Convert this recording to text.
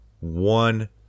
one